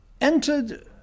entered